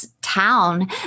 town